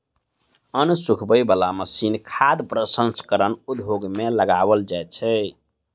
अन्न सुखबय बला मशीन खाद्य प्रसंस्करण उद्योग मे लगाओल जाइत छै